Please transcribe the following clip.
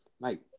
Mate